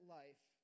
life